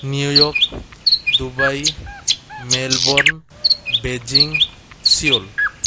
New York Dubai Melbourne Beijing Seoul